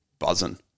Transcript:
Buzzing